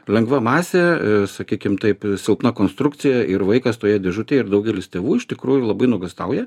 lengva masė sakykim taip silpna konstrukcija ir vaikas toje dėžutėje ir daugelis tėvų iš tikrųjų labai nuogąstauja